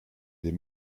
des